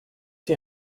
die